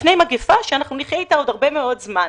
בפני מגפה שאנחנו נחיה אתה עוד הרבה מאוד זמן.